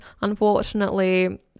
Unfortunately